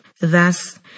Thus